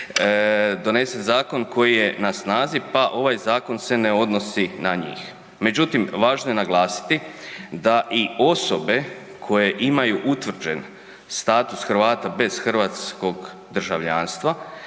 donesen zakon koji je na snazi, pa ovaj zakon se ne odnosi na njih. Međutim, važno je naglasiti da i osobe koje imaju utvrđen status Hrvata bez hrvatskog državljanstva